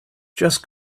just